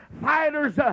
fighters